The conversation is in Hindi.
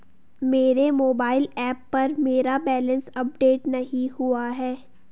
मेरे मोबाइल ऐप पर मेरा बैलेंस अपडेट नहीं हुआ है